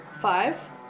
Five